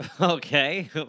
Okay